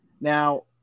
Now